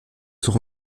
sont